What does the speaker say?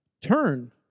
Turn